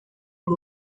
por